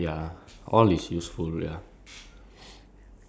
all of it is like important just depends on um